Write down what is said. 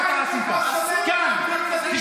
זה